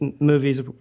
movies